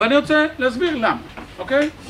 אני רוצה להסביר למה, אוקיי?